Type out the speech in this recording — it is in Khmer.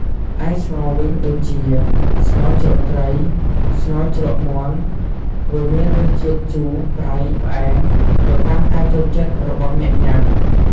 ឯម្ហូបស្ងោរវិញដូចជា ស្ងោរជ្រក់ត្រី ស្ងោរជ្រក់មាន់ វាមានរសជាតិ ជូរ ប្រៃ ផ្អែម ទៅតាមការចូលចិត្តរបស់អ្នកញ៉ាំ។